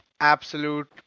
absolute